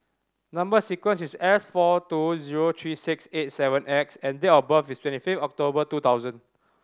number sequence is S four two zero three six eight seven X and date of birth is twenty five October two thousand